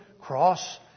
cross